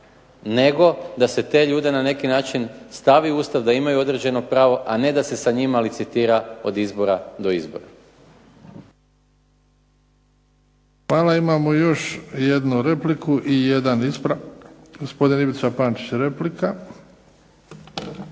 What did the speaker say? nego da se te ljude na neki način stavi u Ustav da imaju određeno pravo, a ne da se sa njima licitira od izbora do izbora. **Jarnjak, Ivan (HDZ)** Hvala. Imamo još jednu repliku i jedan ispravak. Gospodin Ivica Pančić, replika.